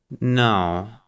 No